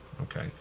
Okay